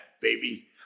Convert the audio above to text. baby